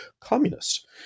communist